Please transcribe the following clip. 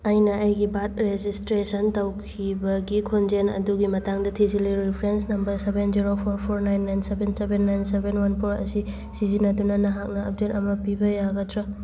ꯑꯩꯅ ꯑꯩꯒꯤ ꯕꯥꯔꯗ ꯔꯦꯖꯤꯁꯇ꯭ꯔꯦꯁꯟ ꯇꯧꯈꯤꯕꯒꯤ ꯈꯣꯡꯖꯦꯜ ꯑꯗꯨꯒꯤ ꯃꯇꯥꯡꯗ ꯊꯤꯖꯤꯜꯂꯤ reference number seven zero four four nine nine seven seven nine seven one four ꯑꯁꯤ ꯁꯤꯖꯤꯟꯅꯗꯨꯅ ꯅꯍꯥꯛꯅ ꯑꯞꯗꯦꯗ ꯑꯃ ꯄꯤꯕ ꯌꯥꯒꯗ꯭ꯔꯥ